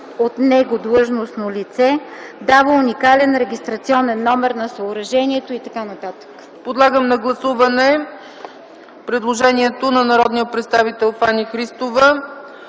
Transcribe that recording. от него длъжностно лице, дава уникален регистрационен номер на съоръжението” и т.н. ПРЕДСЕДАТЕЛ ЦЕЦКА ЦАЧЕВА: Подлагам на гласуване предложението на народния представител Фани Христова